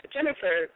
Jennifer